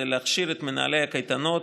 זה להכשיר את מנהלי הקייטנות,